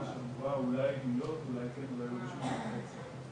המקומית תקבע בהכרח זה מה ששר האוצר יקבע.